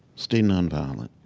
stay nonviolent.